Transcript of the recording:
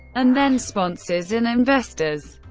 and then sponsors and investors.